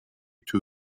two